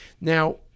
Now